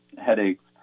headaches